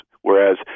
whereas